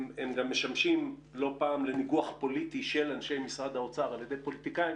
הם גם משמשים לא פעם לניגוח פוליטי של אנשי משרד האוצר על ידי פוליטיקאים